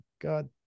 God